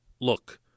look